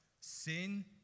Sin